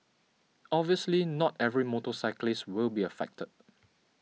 obviously not every motorcyclist will be affected